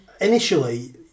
initially